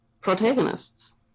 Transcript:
protagonists